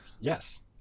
yes